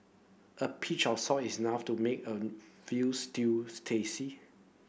a pinch of salt is enough to make a veal stews tasty